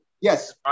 Yes